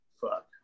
Fuck